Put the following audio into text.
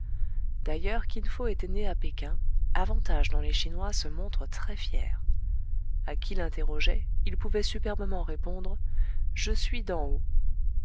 d'ailleurs kin fo était né à péking avantage dont les chinois se montrent très fiers a qui l'interrogeait il pouvait superbement répondre je suis